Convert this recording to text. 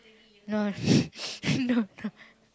no no no